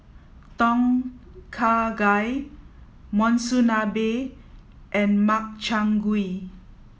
Tom Kha Gai Monsunabe and Makchang gui